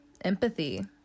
empathy